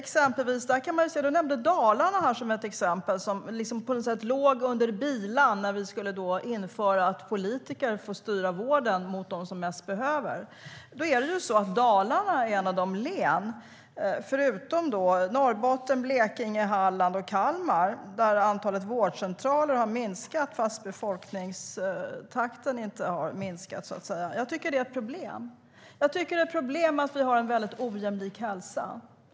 Anders nämnde som ett exempel att Dalarna låg under bilan när politiker skulle få styra vården mot dem som mest behöver den. Dalarna är ett av de län, förutom Norrbotten, Blekinge, Halland och Kalmar, där antalet vårdcentraler har minskat fast befolkningstakten inte har minskat. Det är ett problem. Det är ett problem att vi har en ojämlik hälsa.